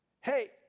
Hey